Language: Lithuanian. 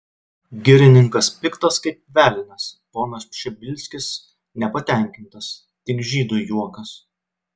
girininkas piktas kaip velnias ponas pšibilskis nepatenkintas tik žydui juokas